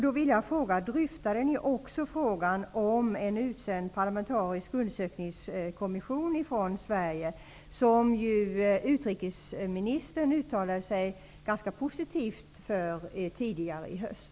Då vill jag fråga: Dryftade ni också frågan om en utsänd parlamentarisk undersökningskommission från Sverige, som utrikesministern uttalade sig ganska positivt om tidigare i höst?